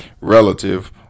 relative